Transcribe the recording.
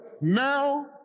Now